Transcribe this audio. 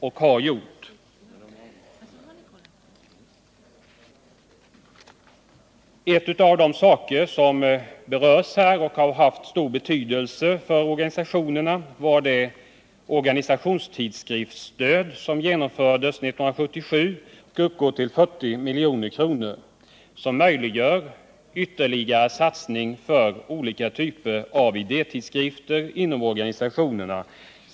En fråga som här berörts och som haft stor betydelse för organisationerna gäller det organisationstidskriftsstöd som genomfördes budgetåret 1977/78. Staten anslog då 40 milj.kr. för att möjliggöra en ytterligare satsning på olika typer av idétidskrifter inom organisationerna.